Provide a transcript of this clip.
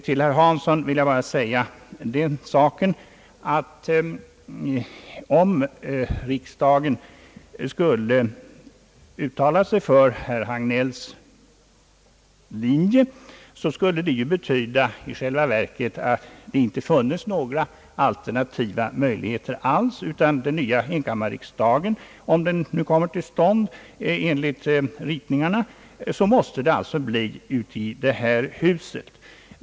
Till herr Hansson vill jag bara säga att om riksdagen skulle uttala sig för herr Hagnells linje måste det i själva verket betyda att det inte funnes några alternativa möjligheter alls — den nya enkammarriksdagen måste då, om den kommer till stånd enligt planerna, placeras i detta hus.